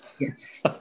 Yes